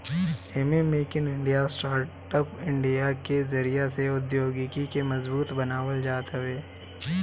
एमे make in India, startup India के जरिया से औद्योगिकी के मजबूत बनावल जात हवे